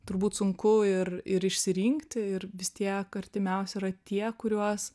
turbūt sunku ir ir išsirinkti ir vis tiek artimiausi yra tie kuriuos